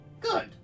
Good